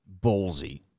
ballsy